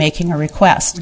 making a request